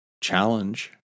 challenge